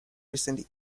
recent